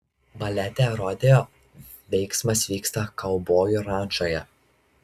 balete rodeo veiksmas vyksta kaubojų rančoje